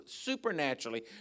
supernaturally